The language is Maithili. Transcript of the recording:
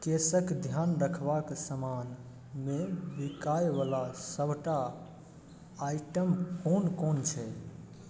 केशक ध्यान रखबाक सामानमे बिकायवला सभटा आइटम कोन कोन छै